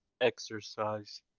exercise